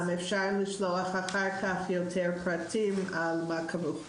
אפשר לשלוח אחר-כך יותר פרטים על מה כרוך בזה.